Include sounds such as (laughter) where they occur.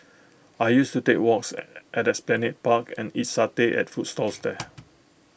I used to take walks (hesitation) at esplanade park and eat satay at food stalls here